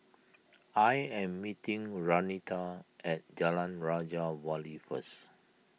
I am meeting Renita at Jalan Raja Wali first